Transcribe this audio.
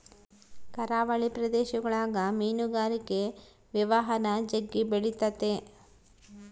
ಕರಾವಳಿ ಪ್ರದೇಶಗುಳಗ ಮೀನುಗಾರಿಕೆ ವ್ಯವಹಾರ ಜಗ್ಗಿ ಬೆಳಿತತೆ